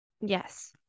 Yes